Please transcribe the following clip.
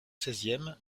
seizième